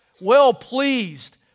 well-pleased